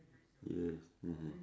yes mmhmm